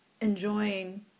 enjoying